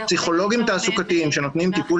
פסיכולוגים תעסוקתיים שנותנים טיפול